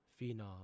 Phenom